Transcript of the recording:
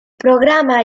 programa